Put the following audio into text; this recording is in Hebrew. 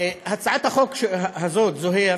את הצעת החוק הזאת, זוהיר,